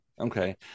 Okay